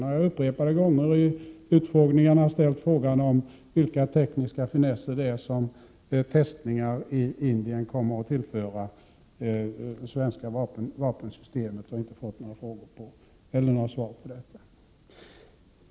Jag har upprepade gånger i utfrågningarna ställt frågan vilka tekniska finesser det är som testningen i Indien kommer att tillföra svenska vapensystem men inte fått några svar på det.